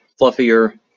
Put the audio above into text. fluffier